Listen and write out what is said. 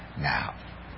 now